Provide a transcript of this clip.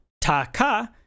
ta-ka